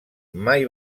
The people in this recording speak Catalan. mai